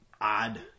odd